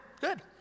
good